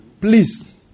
Please